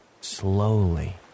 slowly